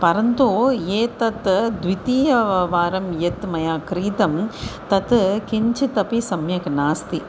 परन्तु एतत् द्वितीयवारं व यत् मया क्रीतं तत् किञ्चिदपि सम्यक् नास्ति